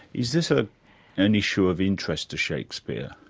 is this ah an issue of interest to shakespeare?